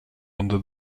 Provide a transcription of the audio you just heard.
under